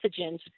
pathogens